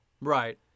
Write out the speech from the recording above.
Right